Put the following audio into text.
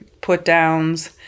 put-downs